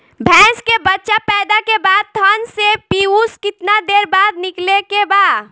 भैंस के बच्चा पैदा के बाद थन से पियूष कितना देर बाद निकले के बा?